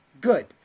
good